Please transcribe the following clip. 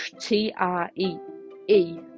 t-r-e-e